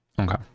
Okay